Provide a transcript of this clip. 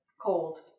Cold